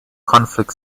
conflict